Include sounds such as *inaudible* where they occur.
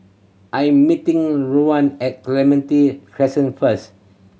I'm meeting *unintelligible* at Clementi *unintelligible* first